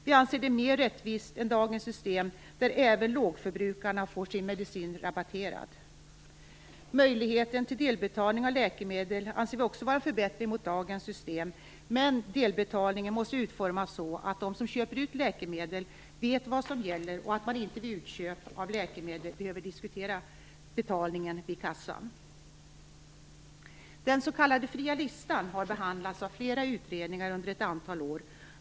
Vi anser detta mer rättvist än dagens system, där även lågförbrukarna får sin medicin rabatterad. Möjligheten till delbetalning av läkemedel anser vi också vara en förbättring jämfört med dagens system. Men delbetalningen måste utformas så, att de som köper ut läkemedel vet vad som gäller så att de inte vid köp av läkemedel behöver diskutera betalningen vid kassan. Den s.k. fria listan har behandlats av flera utredningar under ett antal år.